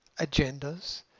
agendas